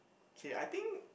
okay I think